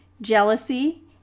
jealousy